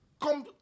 come